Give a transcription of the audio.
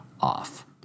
off